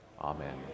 Amen